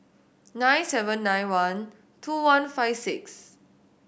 nine seven nine one two one five six